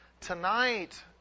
tonight